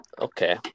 Okay